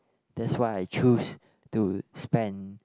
that's why I choose to spend